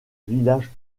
village